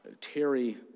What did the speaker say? Terry